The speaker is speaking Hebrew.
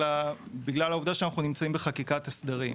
אלא בגלל העובדה שאנחנו נמצאים בחקיקת הסדרים.